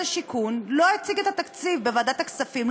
השיכון לא הציג את התקציב בוועדת הכספים,